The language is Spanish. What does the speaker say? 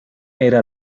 era